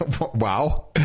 Wow